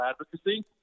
advocacy